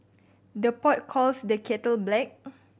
the pot calls the kettle black